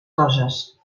coses